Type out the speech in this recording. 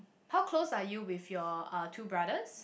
how close are you with your uh two brothers